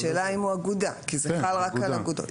השאלה אם הוא אגודה כי זה חל רק על אגודות.